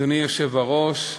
אדוני היושב-ראש,